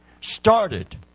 started